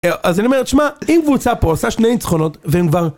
אז אני אומר, תשמע, אם קבוצה פה עושה שני ניצחונות, והם כבר...